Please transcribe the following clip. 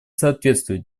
соответствует